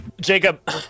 Jacob